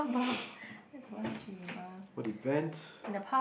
what event